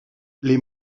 les